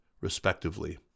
respectively